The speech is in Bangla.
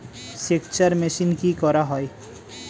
সেকচার মেশিন কি করা হয়?